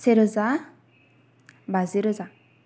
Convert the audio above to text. सेरोजा बाजिरोजा